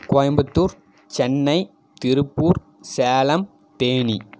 Coimbatore Chennai Tiruppur Salem Theni